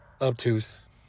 Obtuse